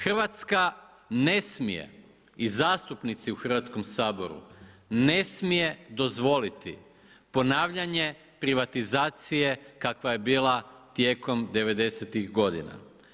Hrvatska ne smije i zastupnici u Hrvatskom saboru ne smije dozvoliti ponavljanje privatizacije kakva je bila tijekom devedesetih godina.